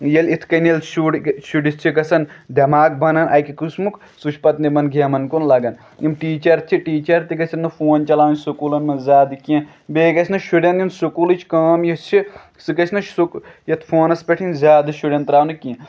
ییٚلہِ یِتھ کَنۍ ییٚلہِ شُرۍ شُرس چھُ گژھان دٮ۪ماغ بَنان اکہِ قٔسمُک سُہ چھُ پَتہٕ یِمن گیمَن کُن لگان یِم ٹیٖچر چھِ ٹیٖچر تہِ گژھَن نہٕ فون چلاوٕنۍ سکوٗلن منٛز زیادٕ کیٚنٛہہ بیٚیہِ گژھِ نہٕ شُرین یُن سکوٗلٕچ کٲم یۄس چھِ سُہ گژھِ نہٕ یَتھ فونَس پٮ۪ٹھ یِنۍ زیادٕ شُرین تراونہٕ کیٚنٛہہ